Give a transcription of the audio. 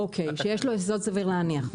שיש לו הסבר סביר להניח.